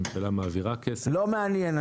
הממשלה מעבירה כסף --- לא מעניין.